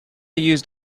used